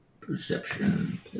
Perception